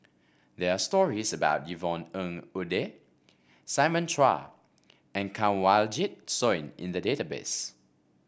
there are stories about Yvonne Ng Uhde Simon Chua and Kanwaljit Soin in the database